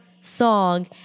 song